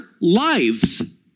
lives